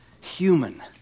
human